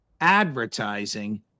advertising